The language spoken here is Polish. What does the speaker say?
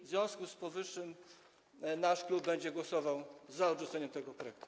W związku z powyższym nasz klub będzie głosował za odrzuceniem tego projektu.